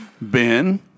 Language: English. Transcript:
Ben